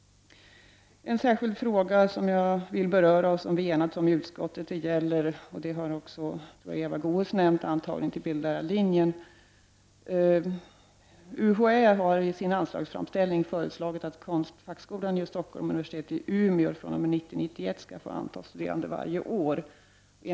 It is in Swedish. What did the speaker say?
En särskild fråga som jag vill beröra och som vi enats om i utskottet — och som även Eva Goéäs här har nämnt — gäller antagningen till bildlärarlinjen. UHÄ har i sin anslagsframställning föreslagit att Konstfackskolan i Stockholm och universitetet i Umeå fr.o.m. 1990/91 skall få anta studerande varje år till denna linje.